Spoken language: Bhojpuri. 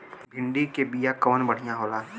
भिंडी के बिया कवन बढ़ियां होला?